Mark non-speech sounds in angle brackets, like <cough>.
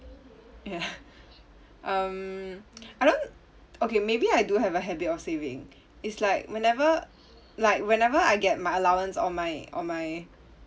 ya <laughs> um <noise> I don't okay maybe I do have a habit of saving it's like whenever like whenever I get my allowance or my or my